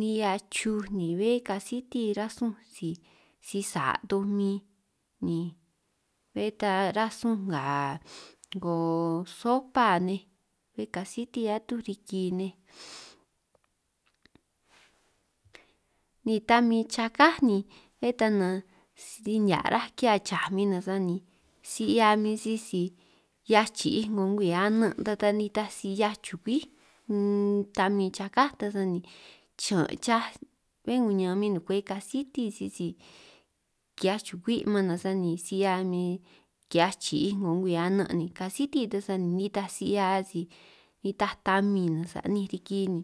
nihia chuj ni bé kasiti ránj sun si, sisa' toj min ni bé ta ránj sun nga 'ngo sopa nej bé kasiti atuj riki nej, ni tamin chakáj ni bé ta nanj si nihia' ráj ki'hiaj chaj min nanj sani si 'hia min sisi 'hiaj chiij 'ngo ngwii anan' ta ta nitaj si 'hiaj chukwi unn, tamin chaká ta sani chiñan' chaj bé kuñan min nukwej kasiti sisi ki'hiaj chukwi' man nanj sani, si 'hia min kihiaj chiij 'ngo ngwii anan' ni kasiti ta sani nitaj si 'hia si nitaj tamin sa' 'ninj riki ni,